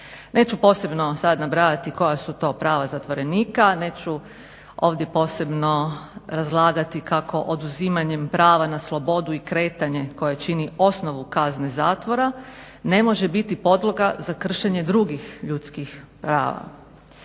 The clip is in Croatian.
Neću posebno sada nabrajati koja su to prava zatvorenika, neću ovdje posebno razlagati kako oduzimanjem prava na slobodu i kretanje koje čini osnovu kazne zatvora ne može biti podloga za kršenje drugih ljudskih prava.